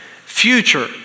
future